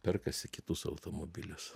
perkasi kitus automobilius